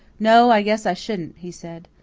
no, i guess i shouldn't, he said.